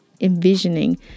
envisioning